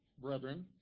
brethren